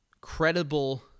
credible